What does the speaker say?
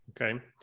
Okay